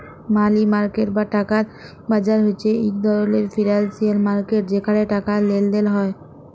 মালি market বা টাকার বাজার হছে ইক ধরলের ফিল্যালসিয়াল মার্কেট যেখালে টাকার লেলদেল হ্যয়